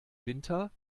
winter